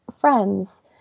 friends